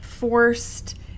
forced